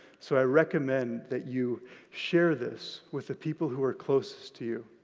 so i recommend that you share this with the people who are closest to you.